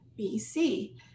BC